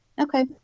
Okay